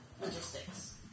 Logistics